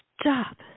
stop